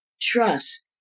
trust